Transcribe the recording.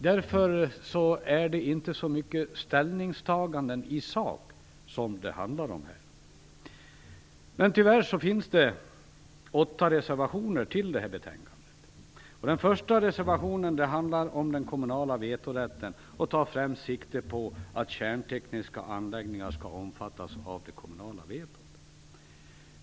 Därför är det inte så mycket ställningstagande i sak som det handlar om här. Tyvärr finns det åtta reservationer till det här betänkandet. Den första reservationen handlar om den kommunala vetorätten och tar främst sikte på att kärntekniska anläggningar skall omfattas av det kommunala vetot.